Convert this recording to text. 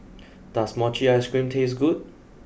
does Mochi Ice Cream taste good